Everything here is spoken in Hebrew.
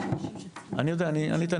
קודם